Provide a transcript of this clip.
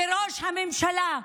ראש הממשלה,